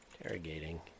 interrogating